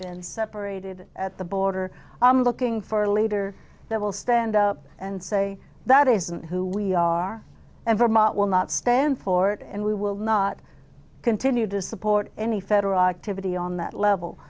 been separated at the border i'm looking for a leader that will stand up and say that isn't who we are and vermont will not stand for it and we will not continue to support any federal activity on that level